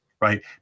right